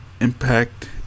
Impact